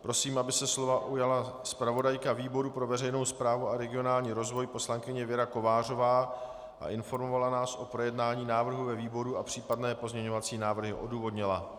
Prosím, aby se slova ujala zpravodajka výboru pro veřejnou správu a regionální rozvoj poslankyně Věra Kovářová a informovala nás o projednání návrhu ve výboru a případné pozměňovací návrhy odůvodnila.